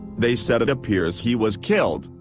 they said it appears he was killed,